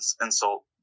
insult